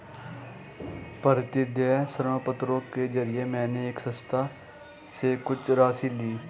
प्रतिदेय ऋणपत्रों के जरिये मैंने एक संस्था से कुछ राशि ली